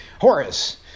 Horace